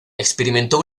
experimentó